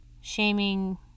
shaming